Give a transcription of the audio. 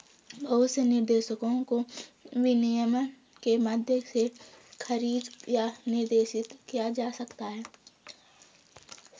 बहुत से निर्देशों को विनियमन के माध्यम से खारिज या निर्देशित किया जा सकता है